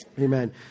amen